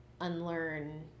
unlearn